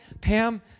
Pam